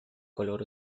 color